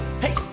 hey